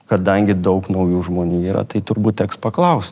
kadangi daug naujų žmonių yra tai turbūt teks paklaust